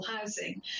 housing